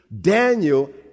Daniel